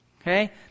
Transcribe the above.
Okay